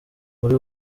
muri